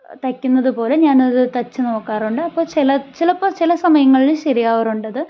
തയ്ക്കുന്നത് പോലെ ഞാൻ അത് തയ്ച്ചു നോക്കാറുണ്ട് അപ്പോൾ ചിലപ്പോൾ ചില സമയങ്ങളിൽ ശരിയാവാറുണ്ടത്